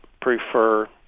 prefer